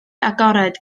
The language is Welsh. agored